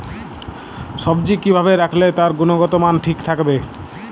সবজি কি ভাবে রাখলে তার গুনগতমান ঠিক থাকবে?